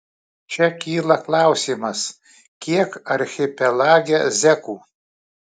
čia kyla klausimas kiek archipelage zekų